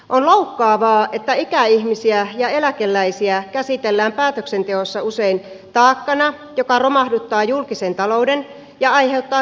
on loukkaavaa että ikäihmisiä ja eläkeläisiä käsitellään päätöksenteossa usein taakkana joka romahduttaa julkisen talouden ja aiheuttaa kestävyysvajeen